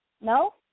No